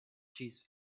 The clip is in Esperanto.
ĝis